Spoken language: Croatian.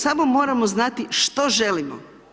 Samo moramo znati što želimo.